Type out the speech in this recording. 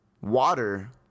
water